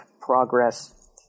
progress